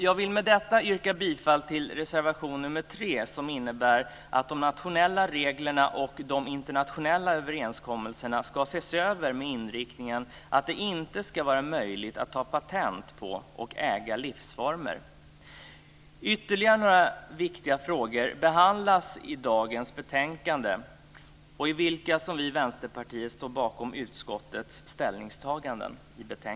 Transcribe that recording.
Jag vill med detta yrka bifall till reservation 3 som innebär att de nationella reglerna och de internationella överenskommelserna ska ses över med inriktningen att det inte ska vara möjligt att ta patent på och äga livsformer. Ytterligare några viktiga frågor behandlas i dagens betänkande, i vilka vi i Vänsterpartiet står bakom utskottets ställningstaganden.